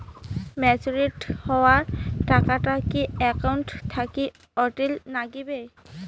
Matured হওয়া টাকাটা কি একাউন্ট থাকি অটের নাগিবে?